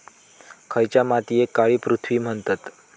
खयच्या मातीयेक काळी पृथ्वी म्हणतत?